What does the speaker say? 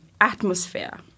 atmosphere